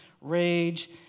rage